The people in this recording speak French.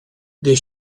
des